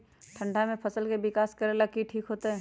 ठंडा में फसल के विकास ला की करे के होतै?